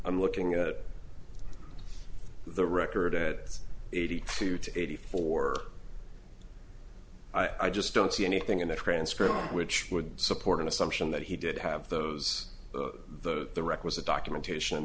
i'm looking at the record at eighty two to eighty four i just don't see anything in the transcript which would support an assumption that he did have those the the requisite documentation